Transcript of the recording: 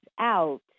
out